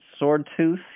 Swordtooth